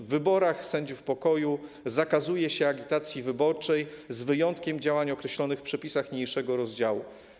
W wyborach sędziów pokoju zakazuje się agitacji wyborczej z wyjątkiem działań określonych w przepisach niniejszego rozdziału.